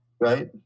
right